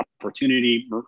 opportunity